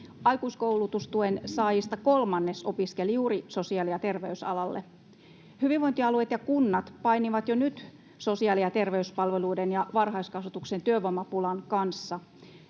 Aikuiskoulutustuen saajista kolmannes opiskeli juuri sosiaali- ja terveysalalle. [Juho Eerolan välihuuto] Hyvinvointialueet ja kunnat painivat jo nyt sosiaali- ja terveyspalveluiden ja varhaiskasvatuksen työvoimapulan kanssa.